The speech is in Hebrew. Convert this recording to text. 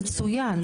זה צוין,